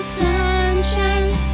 sunshine